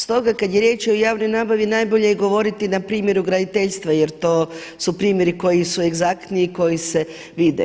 Stoga kada je riječ o javnoj nabavi najbolje je govoriti na primjeru graditeljstva jer to su primjeri koji su egzaktni i koji se vide.